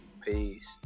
Peace